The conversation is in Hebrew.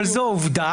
אבל זו עובדה,